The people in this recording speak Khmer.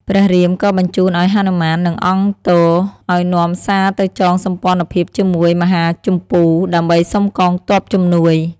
ព្រះរាមក៏បញ្ជូនឱ្យហនុមាន និងអង្គទ អោយនាំសារទៅចងសម្ព័ន្ធភាពជាមួយមហាជម្ពូ ដើម្បីសុំកងទ័ពជំនួយ។